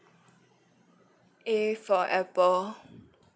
A for apple